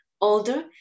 older